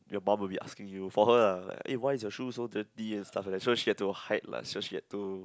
your mum will be asking you for her ah eh why your shoes so dirty and stuff like that so she had to hide lah she had to